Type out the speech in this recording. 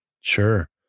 Sure